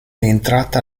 entrata